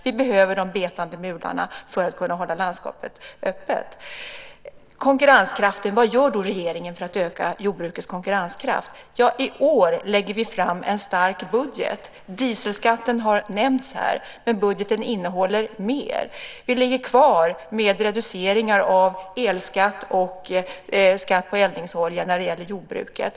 Vi behöver betande djur för att kunna hålla landskapet öppet. Sedan har vi frågan om konkurrenskraften. Vad gör då regeringen för att öka jordbrukets konkurrenskraft? Ja, i år lägger vi fram en stark budget. Dieselskatten har nämnts här, men budgeten innehåller mer. Vi ligger kvar med reduceringar av elskatt och skatt på eldningsolja när det gäller jordbruket.